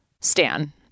stan